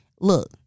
look